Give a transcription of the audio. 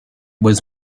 was